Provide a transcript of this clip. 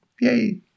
Yay